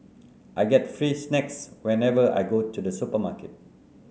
I get free snacks whenever I go to the supermarket